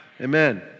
Amen